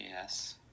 yes